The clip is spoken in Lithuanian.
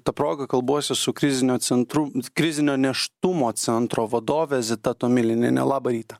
ta proga kalbuosi su krizinio centru krizinio nėštumo centro vadove zita tomiliniene labą rytą